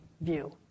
view